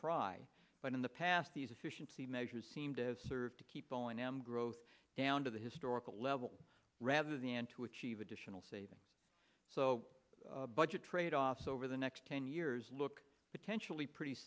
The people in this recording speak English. try but in the past these efficiency measures seem to have served to keep calling them growth down to the historical level rather than to achieve additional savings so budget tradeoffs over the next ten years look potentially pretty